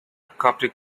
coptic